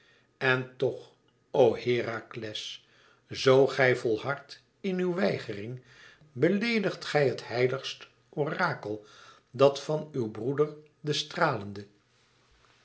en toch o herakles zoo gij volhardt in uw weigering beleedigt gij het heiligst orakel dat van uw broeder den stralende